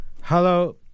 Hello